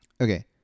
Okay